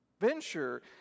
Venture